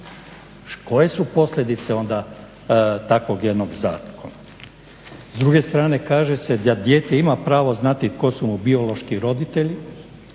Koje su posljedice onda takvog jednog zakona? S druge strane kaže se da dijete ima pravo znati tko su mu biološki roditelji,